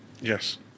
yes